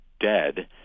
dead